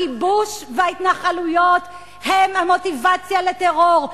הכיבוש וההתנחלויות הם המוטיבציה לטרור,